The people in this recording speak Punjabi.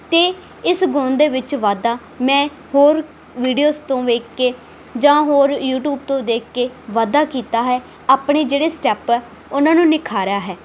ਅਤੇ ਇਸ ਗੁਣ ਦੇ ਵਿੱਚ ਵਾਧਾ ਮੈਂ ਹੋਰ ਵੀਡੀਓਸ ਤੋਂ ਵੇਖ ਕੇ ਜਾਂ ਹੋਰ ਯੂਟਿਊਬ ਤੋਂ ਦੇਖ ਕੇ ਵਾਧਾ ਕੀਤਾ ਹੈ ਆਪਣੇ ਜਿਹੜੇ ਸਟੈਪ ਹੈ ਉਨ੍ਹਾਂ ਨੂੰ ਨਿਖਾਰਿਆ ਹੈ